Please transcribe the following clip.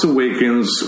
Awakens